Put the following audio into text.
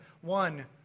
one